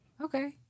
Okay